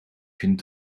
vind